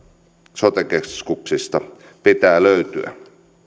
sote keskuksista pitää löytyä